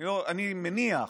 אני מניח,